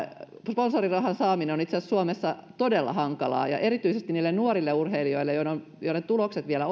sponsorirahan saaminen on itse asiassa suomessa todella hankalaa ja erityisesti niille nuorille urheilijoille joiden tuloksia vielä